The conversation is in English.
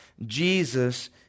Jesus